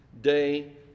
day